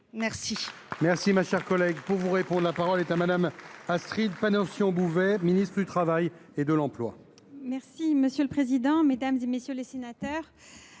Merci…